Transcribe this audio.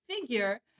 figure